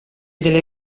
delle